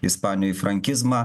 ispanijoj į frankizmą